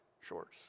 shorts